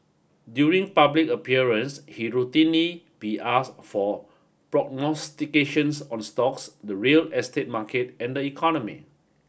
during public appearance he'd routinely be asked for prognostications on stocks the real estate market and the economy